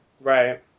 right